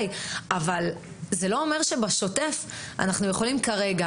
אבל זה לא אומר שבשוטף אנחנו יכולים כרגע,